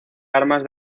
armas